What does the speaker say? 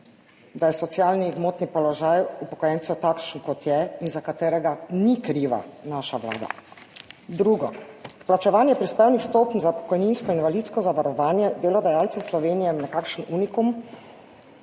da je socialni gmotni položaj upokojencev takšen kot je in za katerega ni kriva naša Vlada. Drugo. Plačevanje prispevnih stopenj za pokojninsko in invalidsko zavarovanje delodajalcev Slovenije, nekakšen unikum